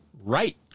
right